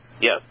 Yes